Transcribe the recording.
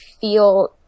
feel –